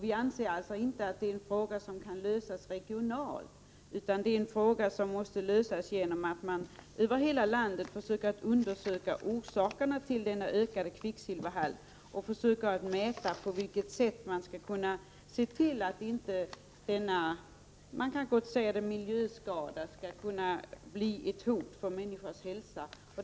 Vi anser alltså inte att detta är en fråga som kan lösas regionalt, utan den måste lösas genom att man över hela landet undersöker orsakerna till denna ökade kvicksilverhalt och försöka ta reda på hur man skulle kunna undvika att denna — man kan gott säga det — miljöskada skall bli ett hot mot människors hälsa.